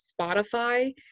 Spotify